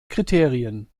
kriterien